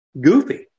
goofy